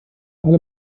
alle